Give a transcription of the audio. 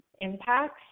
impacts